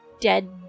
Dead